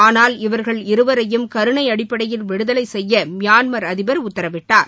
ஆனால் இவர்கள் இருவரையும் கருணைஅடிப்படையில் விடுதலைசெய்யமியான்மர் அதிபர் உத்தரவிட்டார்